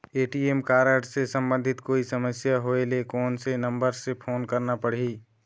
ATM card से संबंधित कोई समस्या होय ले, कोन से नंबर से फोन करना पढ़ही?